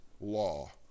Law